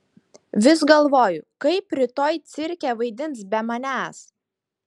vis galvoju kaip rytoj cirke vaidins be manęs